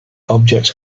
objects